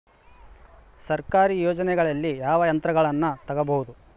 ಸರ್ಕಾರಿ ಯೋಜನೆಗಳಲ್ಲಿ ಯಾವ ಯಂತ್ರಗಳನ್ನ ತಗಬಹುದು?